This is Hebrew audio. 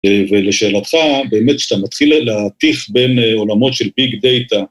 ולשאלתך, באמת כשאתה מתחיל להטיף בין עולמות של Big Data...